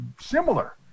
similar